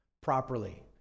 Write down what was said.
properly